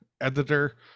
editor